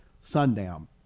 sundown